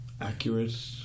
accurate